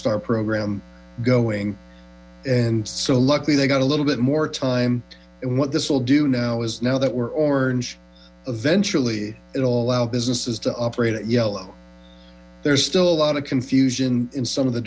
star program going and so luckily they got a little bit more time and what this will do now is now that we're orange eventually it will allow businesses to operate at yellow there's still a lot of confusion in some of the